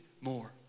more